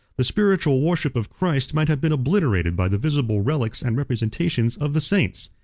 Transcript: the spiritual worship of christ might have been obliterated by the visible relics and representations of the saints.